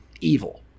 evil